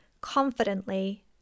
confidently